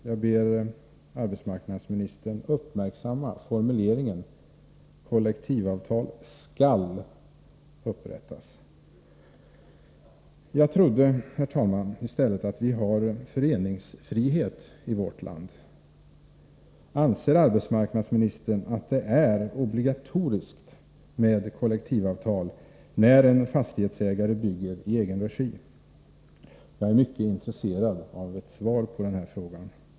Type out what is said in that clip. Jag ber arbetsmarknadsministern uppmärksamma formuleringen ”kollektivavtal skall upprättas”. Jag trodde, herr talman, att vi har föreningsfrihet i vårt land. Anser arbetsmarknadsministern att det är obligatoriskt med kollektivavtal när en fastighetsägare bygger i egen regi? Jag är mycket intresserad av ett svar på den frågan.